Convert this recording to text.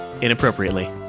inappropriately